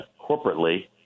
corporately